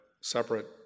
separate